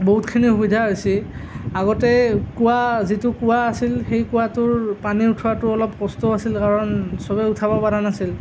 বহুতখিনি সুবিধা হৈছে আগতে কুঁৱা যিটো কুঁৱা আছিল সেই কুঁৱাটোৰ পানী উঠোৱাটো অলপ কষ্ট আছিল কাৰণ সবে উঠাব পৰা নাছিল